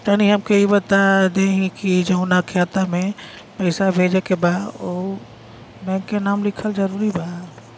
तनि हमके ई बता देही की जऊना खाता मे पैसा भेजे के बा ओहुँ बैंक के नाम लिखल जरूरी बा?